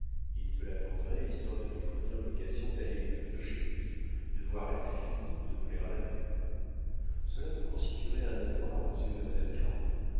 il te la vendrait histoire de te fournir l'occasion d'aller et venir chez lui de voir la fille de plaire à la mère cela te constituerait un avoir aux yeux de madame cardot